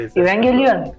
evangelion